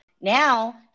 Now